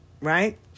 Right